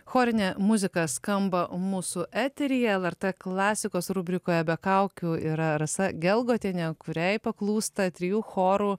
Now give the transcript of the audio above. chorinė muzika skamba mūsų eteryje lrt klasikos rubrikoje be kaukių yra rasa gelgotienė kuriai paklūsta trijų chorų